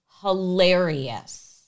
hilarious